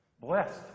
Blessed